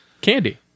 Candy